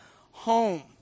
home